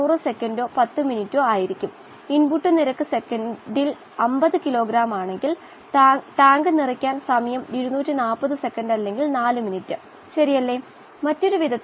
ഈ സിസ്റ്റത്തിൽ ഓക്സിജന്റെ ഒരു ബാലൻസ് എഴുതുകയാണെങ്കിൽ ഇതാണ് നമ്മൾ തുടങ്ങുമ്പോഴുള്ള മൊത്തത്തിലുള്ള അടിസ്ഥാന ബാലൻസ് സമവാക്യം